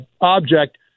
object